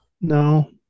No